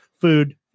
food